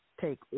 take